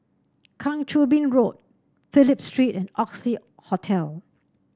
Kang Choo Bin Road Phillip Street and Oxley Hotel